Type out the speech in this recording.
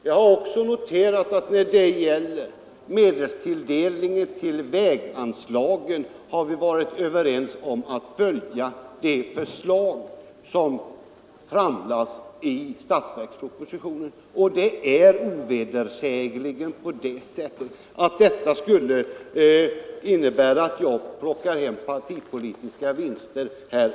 Jag har också noterat att vi när det gäller medelstilldelningen till väganslagen har varit överens om att följa det förslag som framlades i statsverkspropositionen — och det förhåller sig ovedersägligen på det sättet. Jag har svårt att förstå att det skulle innebära att jag tar hem partipolitiska vinster.